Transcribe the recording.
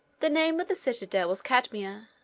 the name of the citadel was cadmeia.